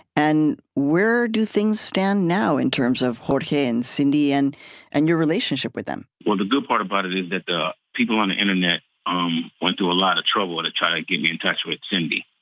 and where do things stand now in terms of jorge and cindy and and your relationship with them? well, the good part about it is that the people on the internet um went through a lot of trouble to try to get me in touch with cindy,